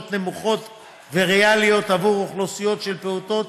נמוכות וריאליות עבור אוכלוסיות של פעוטות